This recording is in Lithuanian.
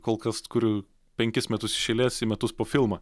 kol kas kuriu penkis metus iš eilės į metus po filmą